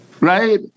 Right